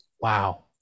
wow